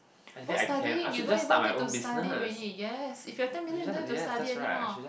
what's studying you don't even need to study already yes if you have ten million you don't have to study anymore